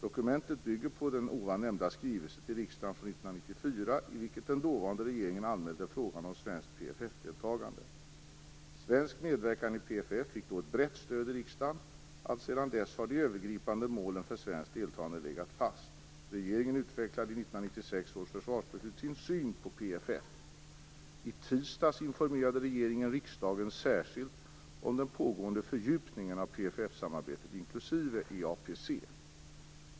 Dokumentet bygger på tidigare nämnda skrivelsen till riksdagen från 1994 i vilken den dåvarande regeringen anmälde frågan om svenskt PFF deltagande. Svensk medverkan i PFF fick då ett brett stöd i riksdagen. Alltsedan dess har de övergripande målen för svenskt deltagande legat fast. Regeringen utvecklade i 1996 års försvarsbeslut sin syn på PFF. I tisdags informerade regeringen riksdagen särskilt om den pågående fördjupningen av PFF-samarbetet, inklusive EAPC.